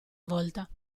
volta